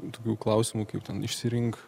tokių klausimų kaip ten išsirink